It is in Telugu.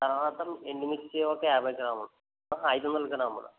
తరువాత ఎండు మిర్చి ఒక యాభై గ్రాములు ఐదొందలు గ్రాములు